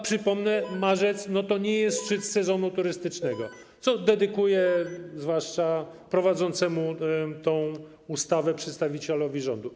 Przypomnę, że marzec to nie jest szczyt sezonu turystycznego, co dedykuję zwłaszcza prowadzącemu tę ustawę przedstawicielowi rządu.